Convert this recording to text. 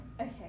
Okay